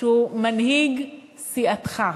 שהוא מנהיג סיעתך.